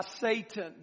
Satan